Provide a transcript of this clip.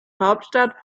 hauptstadt